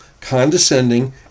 condescending